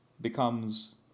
becomes